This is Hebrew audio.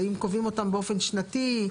האם קובעים אותן באופן שנתי?